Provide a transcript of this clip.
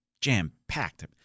jam-packed